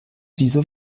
diese